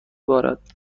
بارد